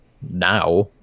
now